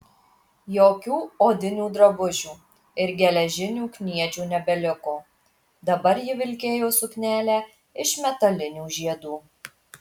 jokių odinių drabužių ir geležinių kniedžių nebeliko dabar ji vilkėjo suknelę iš metalinių žiedų